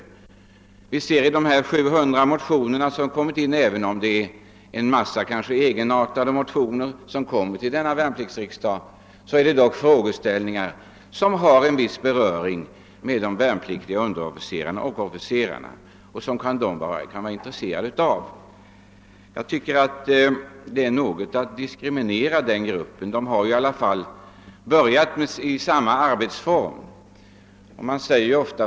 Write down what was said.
Även om det bland de cirka 700 motioner som lämnats in finns en mängd som är ganska egenartade tas dock även frågor upp som har beröring med de värnpliktiga officerarna och underofficerarna och som de kan vara intresserade av att diskutera. Att utestänga denna grupp är att diskriminera den. Dessa officerare har dock börjat i grundutbildningen.